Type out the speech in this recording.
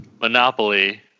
monopoly